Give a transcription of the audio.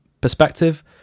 perspective